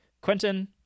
Quentin